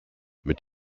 mit